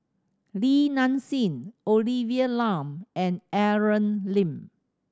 Li Nanxing Olivia Lum and Aaron Lee